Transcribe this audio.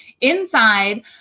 inside